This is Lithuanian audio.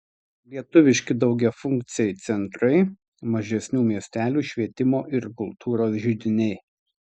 lietuviški daugiafunkciai centrai mažesnių miestelių švietimo ir kultūros židiniai